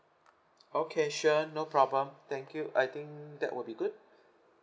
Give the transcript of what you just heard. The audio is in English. okay sure no problem thank you I think that would be good